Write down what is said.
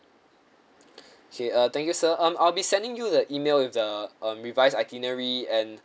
okay uh thank you sir um I'll be sending you the email with the um revise itinerary and